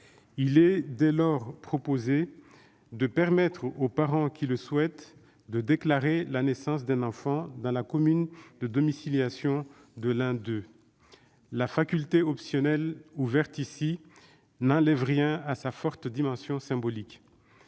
il est proposé de permettre aux parents qui le souhaiteront de déclarer la naissance d'un enfant dans la commune de domiciliation de l'un d'eux. Ce caractère optionnel n'enlève rien à la forte dimension symbolique